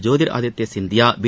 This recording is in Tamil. ஜோதிர் ஆதித்ய சிந்தியா பி